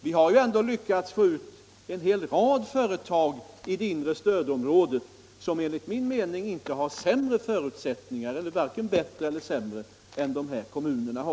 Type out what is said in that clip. Vi har ändå till det inre stödområdet lyckats få en hel rad företag till orter där man enligt min mening varken har bättre eller sämre förutsättningar än de nu aktuella kommunerna.